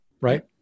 right